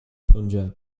punjab